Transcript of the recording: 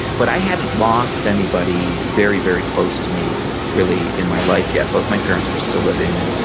but i hadn't lost anybody very, very close to me really in my life yet. both my parents were still living.